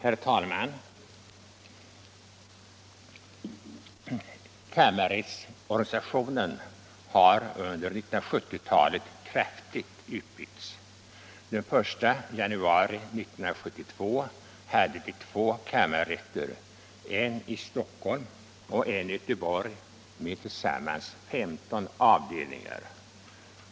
Nr 121 Herr talman! Kammarrättsorganisationen har under 1970-talet kraftigt utbyggts. Den 1 januari 1972 hade vi två kammarrätter, en i Stockholm och en i Göteborg med tillsammans 15 avdelningar.